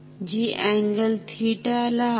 जी angle theta ला आहे